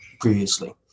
previously